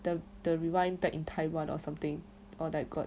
the the rewind back in time one or something or like got